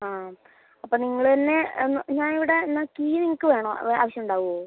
ആ അപ്പോൾ നിങ്ങള് തന്നെ ഞാൻ ഇവിടെ എന്നാൽ കീ നിങ്ങൾക്ക് വേണോ ആവശ്യം ഉണ്ടാകുമോ